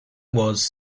was